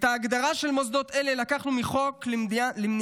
את ההגדרה של מוסדות אלה לקחנו מחוק למניעת